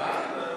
הוא כבר דיבר